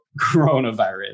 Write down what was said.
coronavirus